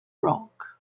rock